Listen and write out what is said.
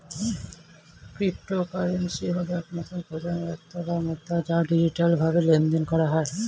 cryptocurrency হল একটি নতুন প্রজন্মের অর্থ বা মুদ্রা যা ডিজিটালভাবে লেনদেন করা হয়